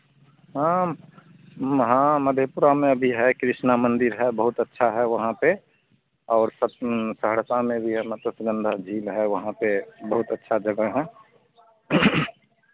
हाँ हाँ मधेपुरा में भी हे कृष्णा मंदिर है बहुत अच्छा है वहाँ पर और सहरसा में भी है मतलब है वहाँ पर बहुत अच्छा जगह है